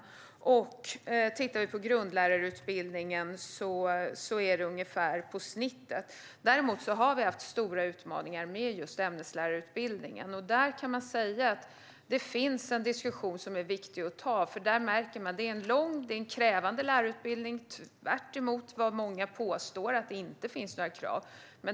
Det är alltså fler som går igenom den. Inom grundlärarutbildningen är det ungefär på snittet. Däremot har vi haft stora utmaningar med just ämneslärarutbildningen. Där finns en diskussion som är viktig att ta, för det är en lång och krävande lärarutbildning - tvärtemot vad många påstår om att det inte finns några krav.